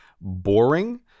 boring